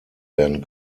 werden